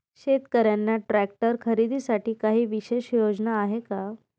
शेतकऱ्यांना ट्रॅक्टर खरीदीसाठी काही विशेष योजना आहे का?